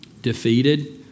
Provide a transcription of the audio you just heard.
defeated